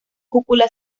cúpula